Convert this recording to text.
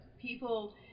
People